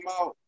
out